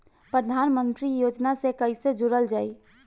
प्रधानमंत्री योजना से कैसे जुड़ल जाइ?